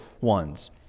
ones